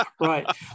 Right